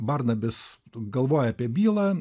barnabis galvoja apie bylą